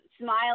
smile